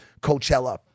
Coachella